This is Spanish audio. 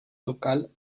local